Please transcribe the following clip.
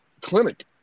clinic